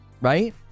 Right